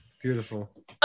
Beautiful